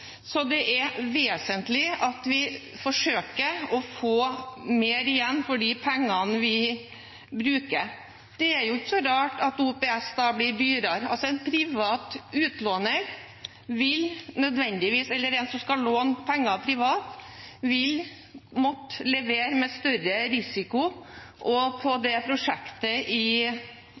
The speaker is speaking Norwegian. Så det er vesentlig at vi forsøker å få mer igjen for de pengene vi bruker. Det er jo ikke så rart at OPS blir dyrere. En som skal låne penger privat, vil måtte levere med større risiko, og på prosjektet i